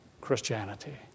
Christianity